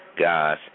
guys